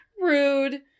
rude